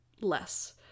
less